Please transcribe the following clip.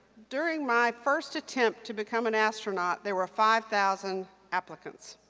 during my first attempt to become an astronaut, there were five thousand applicants.